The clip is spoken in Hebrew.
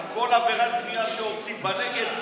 על כל עבירת בנייה שעושים בנגב,